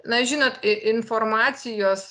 na žinot i informacijos